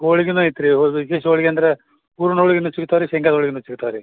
ಹೋಳಿಗೆನೂ ಐತೆ ರೀ ವಿಶೇಷ ಹೋಳಿಗೆ ಅಂದರೆ ಹೂರಣ ಹೋಳಿಗೆನೂ ಸಿಗ್ತವೆ ರೀ ಶೇಂಗಾದ ಹೋಳಿಗೆನೂ ಸಿಗ್ತವೆ ರೀ